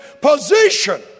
position